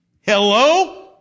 Hello